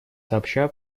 сообща